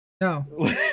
no